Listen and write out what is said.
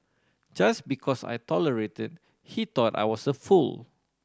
just because I tolerated he thought I was a fool